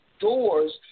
Doors